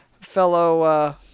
fellow